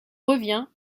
revient